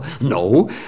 No